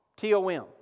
T-O-M